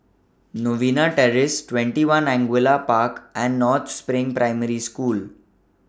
Novena Terrace twenty one Angullia Park and North SPRING Primary School